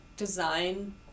design